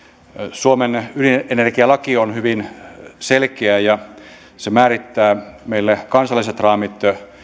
suomen ydinenergialaki on hyvin selkeä ja se määrittää meille kansalliset raamit